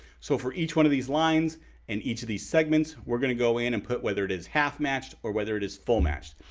so for each one of these lines and each of these segments, we're gonna go in and put whether it is half matched or whether it is full matched.